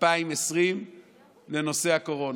2020 לנושא הקורונה,